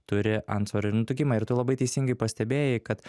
turi antsvorį ir nutukimą ir tu labai teisingai pastebėjai kad